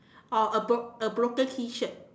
or a bro~ a broken T-shirt